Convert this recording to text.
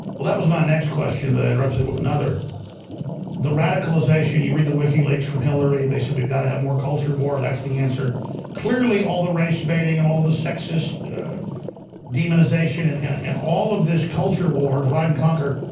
well, that was my next question to interrupts it it with another the radicalization you read the wikileaks from hillary. they said we've got to have more culture war that's the answer clearly all the race-baiting and all the sexist demonization and and and all of this culture war divide and conquer